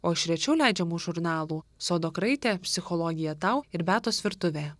o iš rečiau leidžiamų žurnalų sodo kraitė psichologija tau ir beatos virtuvė